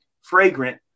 fragrant